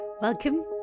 Welcome